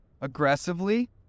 aggressively